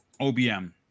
OBM